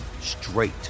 straight